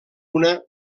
una